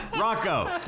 Rocco